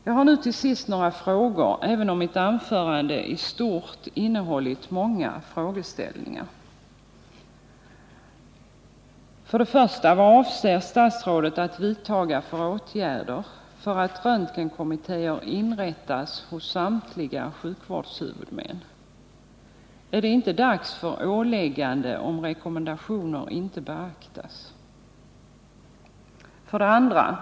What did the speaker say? Jag har nu till sist några frågor, även om mitt anförande i stort sett redan innehållit många frågeställningar. 1. Vad avser statsrådet att vidtaga för åtgärder för att röntgenkommittéer inrättas hos samtliga sjukvårdshuvudmän? Är det inte dags för åläggande, om rekommendationer inte beaktas? 2.